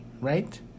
right